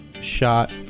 shot